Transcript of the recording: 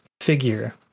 figure